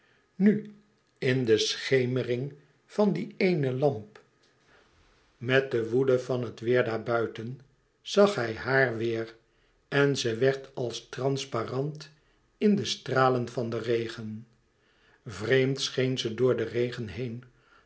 nu in de schemering van die ééne lamp met de woede van het weêr daar buiten zag hij haar weêr en ze werd als transparant in de stralen van den regen vreemd scheen ze door den regen heen